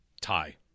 tie